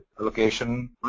allocation